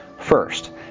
First